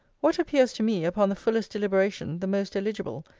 what appears to me, upon the fullest deliberation, the most eligible,